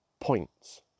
points